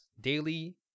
Daily